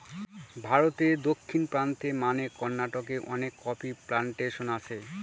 ভারতে দক্ষিণ প্রান্তে মানে কর্নাটকে অনেক কফি প্লানটেশন আছে